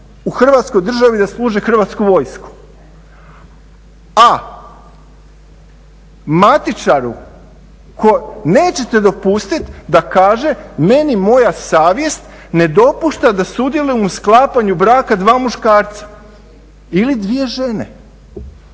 u Hrvatskoj državi i da služe Hrvatsku vojsku. A matičaru nećete dopustit da kaže meni moja savjest ne dopušta da sudjelujem u sklapanju braka dva muškarca ili dvije žene.